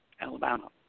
Alabama